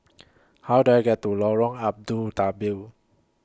How Do I get to Lorong Abu Do